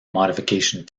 modification